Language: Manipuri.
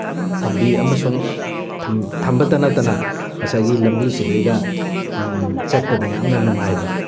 ꯊꯝꯕꯤ ꯑꯃꯁꯨꯡ ꯊꯝꯕꯇ ꯅꯠꯇꯅ ꯉꯁꯥꯏꯒꯤ ꯂꯝꯕꯤꯁꯤꯗꯩꯗ ꯆꯠꯄꯗ ꯌꯥꯝꯅ ꯅꯨꯡꯉꯥꯏꯕ